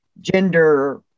gender